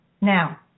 Now